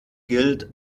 gilt